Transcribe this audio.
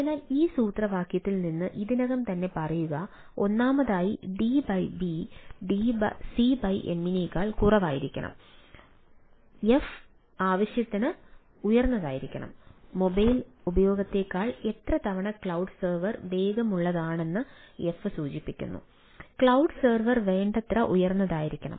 അതിനാൽ ഈ സൂത്രവാക്യത്തിൽ നിന്ന് ഇതിനകം തന്നെ പറയുക ഒന്നാമതായി ഡി ബി സി എമ്മിനേക്കാൾ കുറവായിരിക്കണം എഫ് ആവശ്യത്തിന് ഉയർന്നതായിരിക്കണം